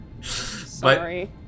Sorry